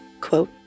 quote